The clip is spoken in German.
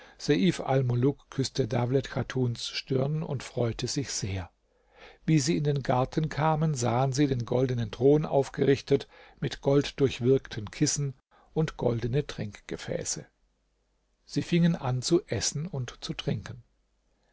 küßte dawlet chatuns stirn und freute sich sehr wie sie in den garten kamen sahen sie den goldenen thron aufgerichtet mit golddurchwirkten kissen und goldene trinkgefäße sie fingen an zu essen und zu trinken